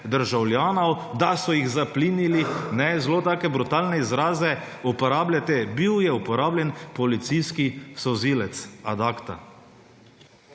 državljanov, da so jih zaplinili, zelo take brutalne izraze uporabljate. Bil je uporabljen policijski solzivec. Ad acta.